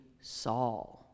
Saul